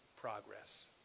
progress